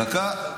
דקה.